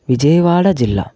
విజయవాడ జిల్లా